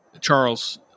Charles